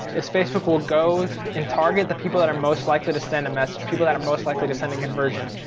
is facebook will go and target the people that are most likely to send a message, people that are most likely to send a conversion.